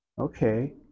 okay